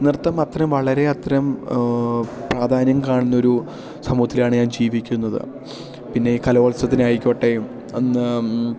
നൃത്തം അത്രയും വളരെ അത്രയും പ്രാധാന്യം കാണുന്ന ഒരു സമൂഹത്തിലാണ് ഞാൻ ജീവിക്കുന്നത് പിന്നെ ഈ കലോത്സവത്തിനായിക്കോട്ടെയും അന്ന്